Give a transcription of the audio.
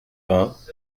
vingts